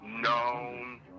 known